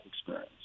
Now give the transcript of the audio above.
experience